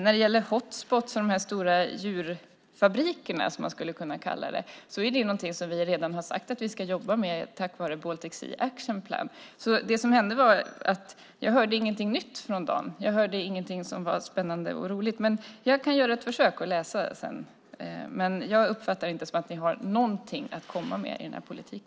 När det gäller hot spots och de stora djurfabrikerna, som man skulle kunna kalla dem, är det något som vi redan har sagt att vi ska jobba med tack vara Baltic Sea Action Plan. Jag hörde ingenting nytt från Dan. Jag hörde ingenting som var spännande och roligt. Men jag kan göra ett försök och läsa vad han har sagt. Men jag uppfattar det som att ni inte har någonting att komma med i denna politik.